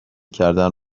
کردن